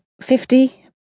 Fifty